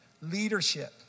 leadership